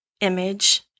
image